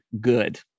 good